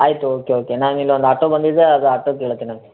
ಆಯಿತು okay okay ನಾನು ಇಲ್ಲೊಂದು ಆಟೋ ಬಂದಿದೆ ಅದು ಆಟೋ ಕೇಳುತ್ತೀನಂತೆ